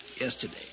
yesterday